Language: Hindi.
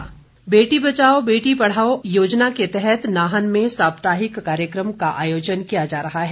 बेटी बचाओ बेटी पढाओ बेटी बचाओ बेटी पढ़ाओ योजना के तहत नाहन में साप्ताहिक कार्यक्रम का आयोजन किया जा रहा है